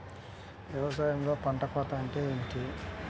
వ్యవసాయంలో పంట కోత అంటే ఏమిటి?